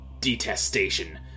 Detestation